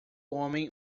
homem